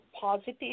positive